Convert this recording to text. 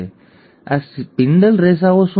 હવે આ સ્પિન્ડલ રેસાઓ શું છે